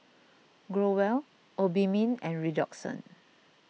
Growell Obimin and Redoxon